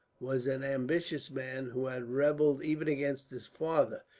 was an ambitious man, who had rebelled even against his father.